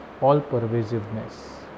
all-pervasiveness